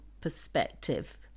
perspective